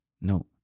No